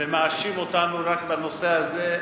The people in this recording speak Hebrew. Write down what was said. ומאשים אותנו רק בנושא הזה,